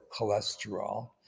cholesterol